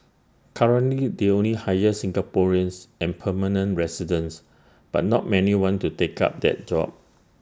currently they only hire Singaporeans and permanent residents but not many want to take up that job